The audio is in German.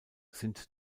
sind